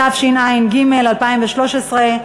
התשע"ג 2013,